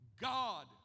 God